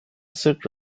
sık